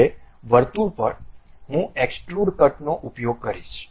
હવે વર્તુળ પર હું એક્સ્ટ્રુડ કટનો ઉપયોગ કરીશ